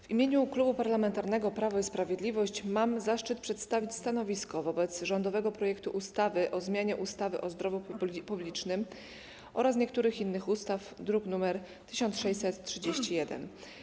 W imieniu Klubu Parlamentarnego Prawo i Sprawiedliwość mam zaszczyt przedstawić stanowisko wobec rządowego projektu ustawy o zmianie ustawy o zdrowiu publicznym oraz niektórych innych ustaw, druk nr 1631.